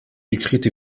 écrites